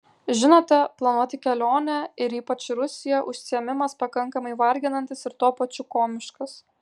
žinote planuoti kelionę ir ypač į rusiją užsiėmimas pakankamai varginantis ir tuo pačiu komiškas